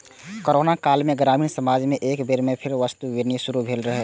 corona काल मे ग्रामीण समाज मे एक बेर फेर सं वस्तु विनिमय शुरू भेल रहै